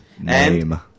name